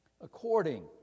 According